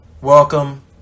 Welcome